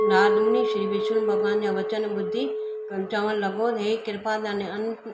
नारदमुनि श्री विष्णु भॻवानु जा वचन ॿुधी कन चवणु लॻो हे कृपा